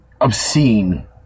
obscene